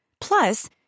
Plus